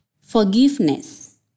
Forgiveness